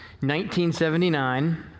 1979